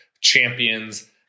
champions